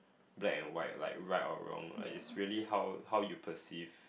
black and white like right or wrong is really how how you perceive